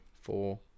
Four